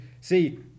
See